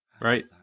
Right